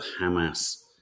Hamas